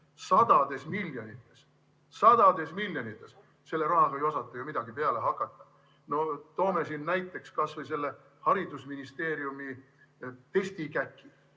tegevusele. Sadades miljonites! Selle rahaga ei osata ju midagi peale hakata. No toome siin näiteks kas või selle haridusministeeriumi testikäki,